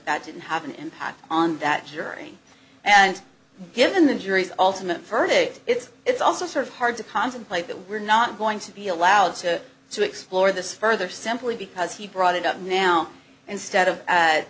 it didn't have an impact on that jury and given the jury's ultimate verdict it's it's also sort of hard to contemplate that we're not going to be allowed to explore this further simply because he brought it up now instead of